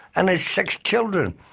and his six children.